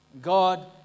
God